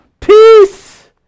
Peace